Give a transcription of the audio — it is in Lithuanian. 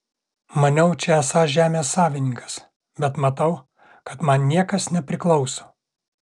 maniau čia esąs žemės savininkas bet matau kad man niekas nepriklauso